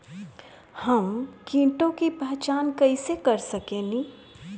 हम कीटों की पहचान कईसे कर सकेनी?